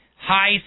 high